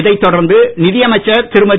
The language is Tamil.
இதைத் தொடர்ந்து நிதியமைச்சர் திருமதி